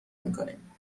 میکنیم